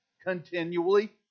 continually